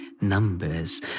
numbers